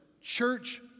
church